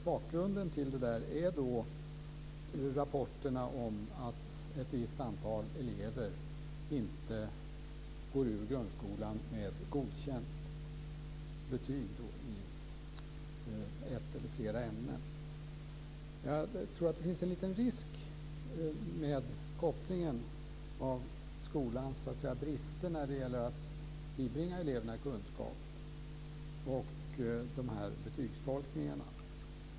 Bakgrunden är rapporterna om att ett visst antal elever inte går ur grundskolan med godkänt betyg i ett eller flera ämnen. Det finns en risk med kopplingen mellan skolans brister när det gäller att bibringa eleverna kunskap och betygstolkningarna.